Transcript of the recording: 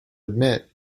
admit